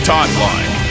Timeline